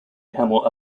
camel